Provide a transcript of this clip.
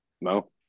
No